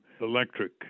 electric